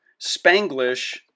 Spanglish